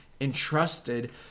entrusted